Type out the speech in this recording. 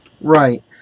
Right